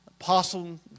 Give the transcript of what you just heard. Apostle